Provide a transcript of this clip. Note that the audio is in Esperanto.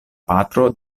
patro